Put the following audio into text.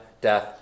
death